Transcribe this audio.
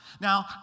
Now